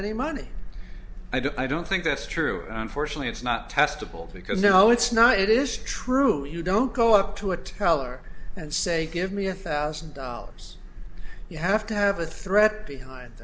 don't i don't think that's true unfortunately it's not testable because no it's not it is true you don't go up to a teller and say give me a thousand dollars you have to have a threat behind